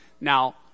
Now